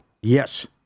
Yes